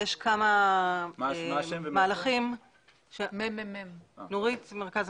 יש כמה מהלכים שהמדינה עשתה בשנים